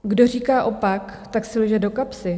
Kdo říká opak, tak si lže do kapsy.